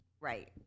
Right